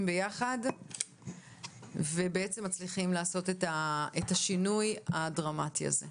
ביחד ומצליחים לעשות את השינוי הדרמטי הזה.